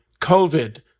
COVID